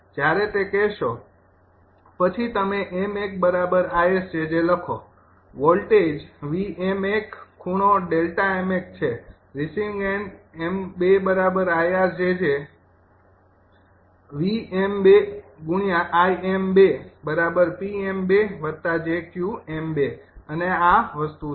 જ્યારે તે કહેશો પછી તમે 𝑚૧𝐼𝑆𝑗𝑗 લખો વોલ્ટેજ છે રિસીવિંગ એન્ડ 𝑚૨ 𝐼𝑅 𝑗𝑗 અને આ વસ્તુ છે